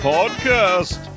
Podcast